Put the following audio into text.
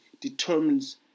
determines